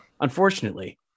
Unfortunately